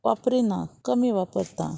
वापरिना कमी वापरता